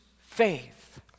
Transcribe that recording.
faith